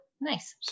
nice